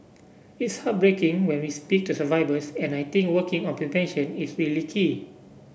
it's heartbreaking when we speak to survivors and I think working on prevention is really key